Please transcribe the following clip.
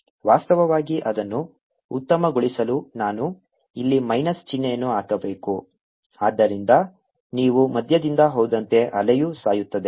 ವಾಸ್ತವವಾಗಿ ಅದನ್ನು ಉತ್ತಮಗೊಳಿಸಲು ನಾನು ಇಲ್ಲಿ ಮೈನಸ್ ಚಿಹ್ನೆಯನ್ನು ಹಾಕಬೇಕು Aexp kx vt2 ಆದ್ದರಿಂದ ನೀವು ಮಧ್ಯದಿಂದ ಹೋದಂತೆ ಅಲೆಯು ಸಾಯುತ್ತದೆ